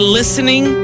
listening